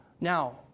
Now